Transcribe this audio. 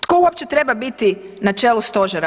Tko uopće treba biti na čelu stožera?